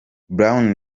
brown